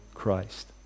Christ